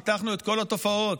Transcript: ניתחנו את כל התופעות,